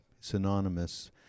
synonymous